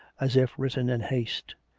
as if written in haste.